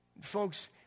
Folks